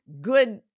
good